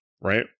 right